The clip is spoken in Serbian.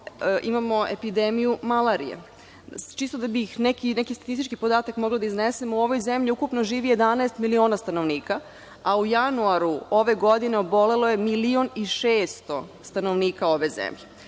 imamo epidemiju malarije. Čisto da bih neki statistički podatak mogla da iznesem, u ovoj zemlji ukupno živi 11 miliona stanovnika, a u januaru ove godine obolelo je milion i 600 hiljada stanovnika ove zemlje.